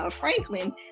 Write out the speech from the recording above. Franklin